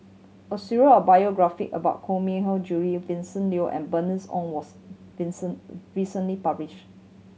a of biography about Koh Mui Hiang Julie Vincent Leow and Bernice Ong was recently published